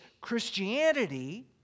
christianity